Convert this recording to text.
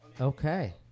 Okay